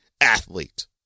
athlete